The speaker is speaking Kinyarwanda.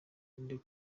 irinde